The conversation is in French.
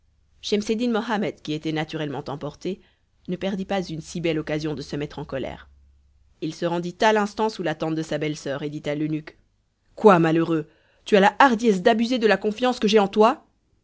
mohammed qui était naturellement emporté ne perdit pas une si belle occasion de se mettre en colère il se rendit à l'instant sous la tente de sa belle-soeur et dit à l'eunuque quoi malheureux tu as la hardiesse d'abuser de la confiance que j'ai en toi